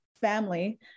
family